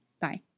Bye